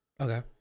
Okay